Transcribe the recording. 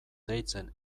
deitzen